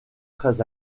très